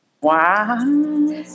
Wow